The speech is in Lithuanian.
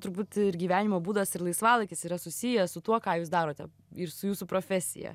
turbūt ir gyvenimo būdas ir laisvalaikis yra susiję su tuo ką jūs darote ir su jūsų profesija